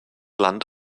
land